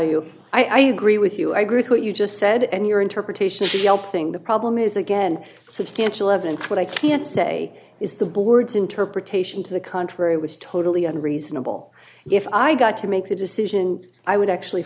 you i agree with you i grew what you just said and your interpretation helping the problem is again substantial evidence what i can say is the board's interpretation to the contrary was totally unreasonable if i got to make the decision i would actually